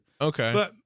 Okay